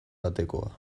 batekoa